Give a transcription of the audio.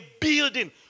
building